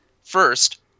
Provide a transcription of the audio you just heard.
First